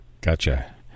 Gotcha